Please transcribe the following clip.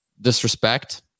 disrespect